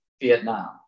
Vietnam